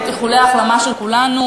איחולי החלמה של כולנו